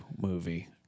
movie